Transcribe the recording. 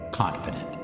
confident